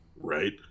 Right